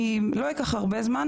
אני לא אקח עוד הרבה זמן,